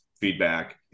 feedback